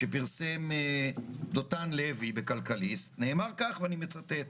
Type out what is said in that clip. שפרסם דותן לוי בכלכליסט נאמר כך ואני מצטט: